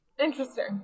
Interesting